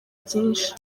byinshi